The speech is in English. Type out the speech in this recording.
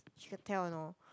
she could tell you know